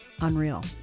Unreal